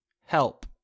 Help